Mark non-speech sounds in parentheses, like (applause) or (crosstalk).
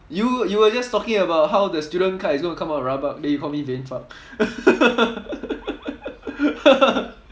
you you were just talking about how the student card is going to come out rabak then you call me vain fuck (laughs)